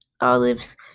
olives